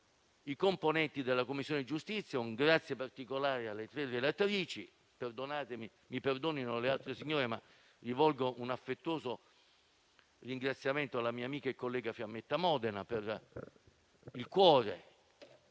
i componenti della Commissione giustizia e, in particolare, le tre relatrici. Mi perdonino le altre signore, ma rivolgo un affettuoso ringraziamento alla mia amica e collega Modena per il cuore,